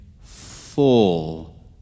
full